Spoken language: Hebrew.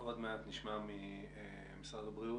עוד מעט נשמע ממשרד הבריאות.